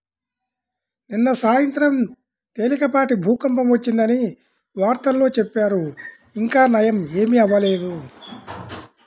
నిన్న సాయంత్రం తేలికపాటి భూకంపం వచ్చిందని వార్తల్లో చెప్పారు, ఇంకా నయ్యం ఏమీ అవ్వలేదు